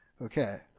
okay